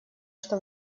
что